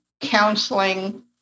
counseling